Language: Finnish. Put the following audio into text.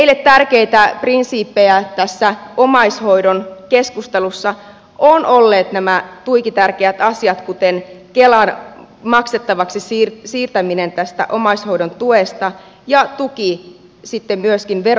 meille tärkeitä prinsiippejä tässä omaishoidon keskustelussa ovat olleet nämä tuiki tärkeät asiat kuten omaishoidon tuen siirtäminen kelan maksettavaksi ja myöskin tuen saaminen verovapaaksi